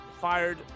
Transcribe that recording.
fired